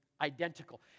identical